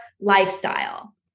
lifestyle